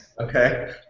okay